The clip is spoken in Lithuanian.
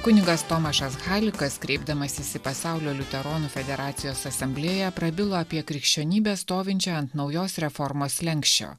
kunigas tomašas henrikas kreipdamasis į pasaulio liuteronų federacijos asamblėją prabilo apie krikščionybę stovinčią ant naujos reformos slenksčio